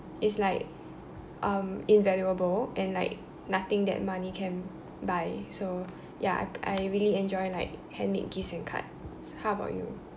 is like um invaluable and like nothing that money can buy so ya I really enjoy like handmade gifts and card how about you